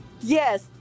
yes